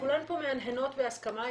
כולן פה מהנהנות בהסכמה.